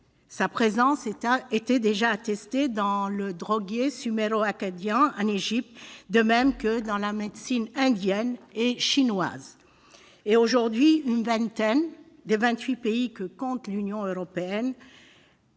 Sa présence était déjà attestée dans le droguier suméro-akkadien, en Égypte, de même que dans les médecines indienne et chinoise. Aujourd'hui, une vingtaine des vingt-huit pays que compte l'Union européenne,